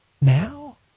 Now